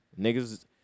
Niggas